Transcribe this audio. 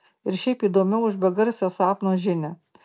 ir šiaip įdomiau už begarsę sapno žinią